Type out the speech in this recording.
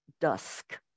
dusk